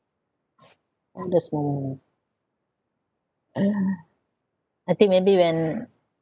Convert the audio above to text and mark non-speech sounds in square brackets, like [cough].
proudest moment [noise] I think maybe when